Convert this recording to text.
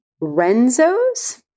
Renzo's